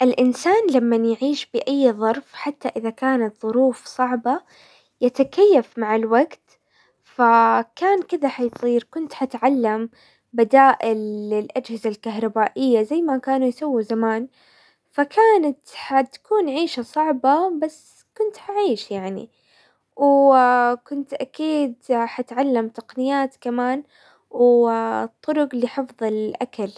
الانسان لمن يعيش باي ظرف حتى اذا كانت ظروف صعبة، يتكيف مع الوقت، فكان كذا حيصير. كنت حتعلم بدائل للاجهزة الكهربائية زي ما كانوا يسووا زمان، فكانت حتكون عيشة صعبة بس كنت حعيش يعني، وكنت اكيد حتعلم تقنيات كمان والطرق لحفظ الاكل.